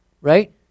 right